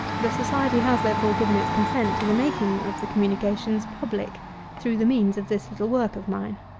the society has, therefore, given its consent to the making of the communications public through the means of this little work of mine.